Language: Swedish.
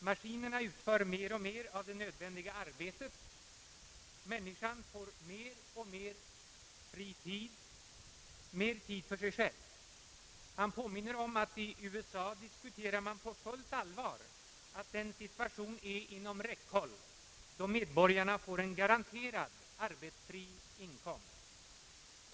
Maskinerna utför mer och mer av det nödvändiga arbetet; människan får mer och mer fritid, mer tid för sig själv. Han påminner om att man i USA på fullt allvar diskuterar att den situation är inom räckhåll, då medborgarna får en garanterad arbetsfri inkomst.